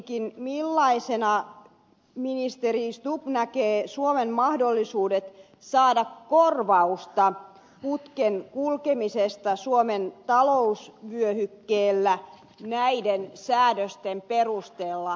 kysyisinkin millaisena ministeri stubb näkee suomen mahdollisuudet saada korvausta putken kulkemisesta suomen talousvyöhykkeellä näiden säädösten perusteella